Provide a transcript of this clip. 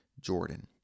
Jordan